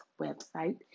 website